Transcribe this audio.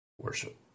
worship